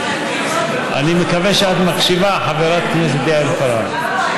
אני מקווה שאת מקשיבה, חברת הכנסת פארן.